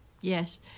Yes